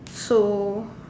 so